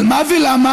על מה ולמה,